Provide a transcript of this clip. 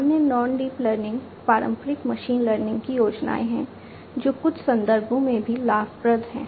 अन्य non deep learning पारंपरिक machine learning की योजनाएं हैं जो कुछ संदर्भों में भी लाभप्रद हैं